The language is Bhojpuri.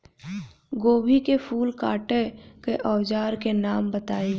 गोभी के फूल काटे के औज़ार के नाम बताई?